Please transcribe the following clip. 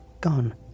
gone